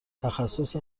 تخصص